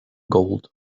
gold